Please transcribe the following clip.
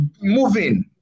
moving